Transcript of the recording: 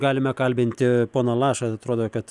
galime kalbinti poną lašą atrodo kad